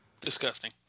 Disgusting